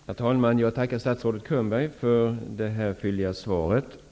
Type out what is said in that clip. Herr talman! Jag tackar statsrådet Könberg för det fylliga svaret.